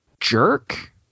jerk